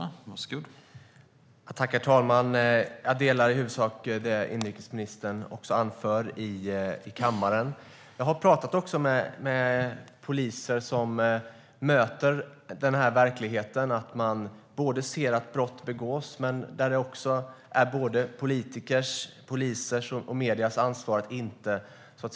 Herr talman! Jag instämmer i huvudsak i det som inrikesministern anför i kammaren. Jag har pratat med poliser som möter den här verkligheten att man ser att brott begås men där det också är politikers, polisers och mediernas ansvar att inte dra alla över en kam.